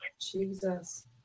Jesus